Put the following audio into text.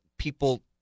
People